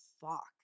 fuck